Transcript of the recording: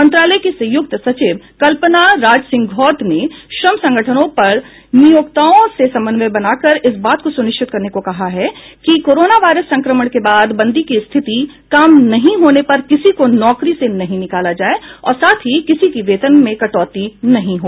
मंत्रालय की संयुक्त सचिव कल्पना राजसिंघौत ने श्रम संगठनों पर नियोक्ताओं से समन्वय बनाकर इस बात को सुनिश्चित करने को कहा गया है कि कोरोना वायरस संक्रमण के कारण बंदी की स्थिति काम नहीं होने पर किसी को नौकरी से नहीं निकाला जाये और साथ ही किसी की वेतन में कटौती नहीं हो